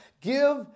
Give